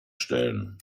stellen